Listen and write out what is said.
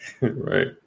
Right